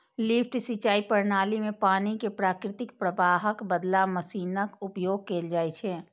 lift सिंचाइ प्रणाली मे पानि कें प्राकृतिक प्रवाहक बदला मशीनक उपयोग कैल जाइ छै